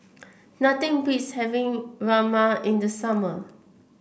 nothing beats having Rajma in the summer